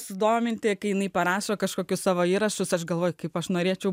sudominti kai jinai parašo kažkokius savo įrašus aš galvoju kaip aš norėčiau